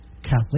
Catholic